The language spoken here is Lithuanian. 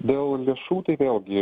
dėl lėšų tai vėlgi